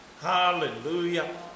Hallelujah